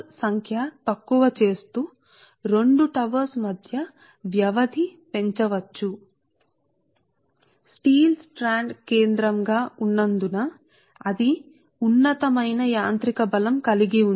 ఈ విషయం మీరు మీ ఉన్నతాధికారి ని చాలా గట్టిగా పిలిచినప్పుడు 2 టవర్ల మధ్య వ్యవధిని పెంచవచ్చు అలాంటి టవర్ల సంఖ్య తక్కువగా ఉంటుంది సరే కాబట్టి దీనికి ఉక్కు స్ట్రాండ్ కేంద్రం గా ఉన్నందున అది ఉన్నతమైన యాంత్రిక బలాన్ని కలిగి ఉంది